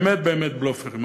באמת באמת בלופרים.